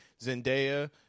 Zendaya